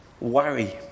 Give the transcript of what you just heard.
Worry